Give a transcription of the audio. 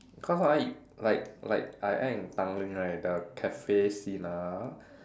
cause ah like like I act in Tanglin right the cafe scene ah